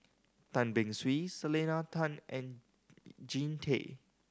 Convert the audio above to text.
Tan Beng Swee Selena Tan and Jean Tay